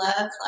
love